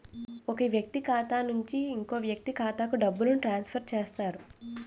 ఒక వ్యక్తి ఖాతా నుంచి ఇంకో వ్యక్తి ఖాతాకు డబ్బులను ట్రాన్స్ఫర్ చేస్తారు